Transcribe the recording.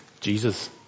Jesus